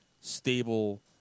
stable